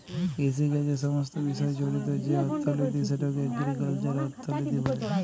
কিষিকাজের সমস্ত বিষয় জড়িত যে অথ্থলিতি সেটকে এগ্রিকাল্চারাল অথ্থলিতি ব্যলে